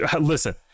Listen